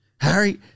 Harry